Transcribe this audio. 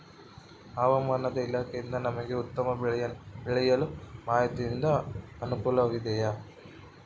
ಹವಮಾನ ಇಲಾಖೆಯಿಂದ ನಮಗೆ ಉತ್ತಮ ಬೆಳೆಯನ್ನು ಬೆಳೆಯಲು ಮಾಹಿತಿಯಿಂದ ಅನುಕೂಲವಾಗಿದೆಯೆ?